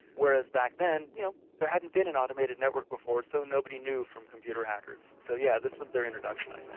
whereas back then you know there hadn't been an automated network before so nobody knew from computer hackers. so yes, yeah this was their introduction i